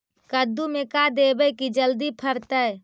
कददु मे का देबै की जल्दी फरतै?